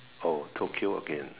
oh Tokyo again